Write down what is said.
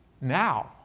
now